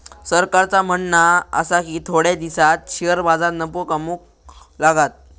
सरकारचा म्हणणा आसा की थोड्या दिसांत शेअर बाजार नफो कमवूक लागात